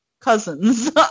cousins